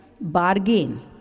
bargain